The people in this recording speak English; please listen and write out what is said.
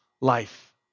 life